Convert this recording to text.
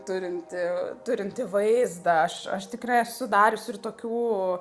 turintį turintį vaizdą aš aš tikrai esu darius ir tokių